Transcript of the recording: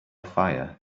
fire